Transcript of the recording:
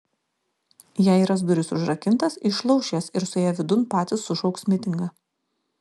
jei ras duris užrakintas išlauš jas ir suėję vidun patys sušauks mitingą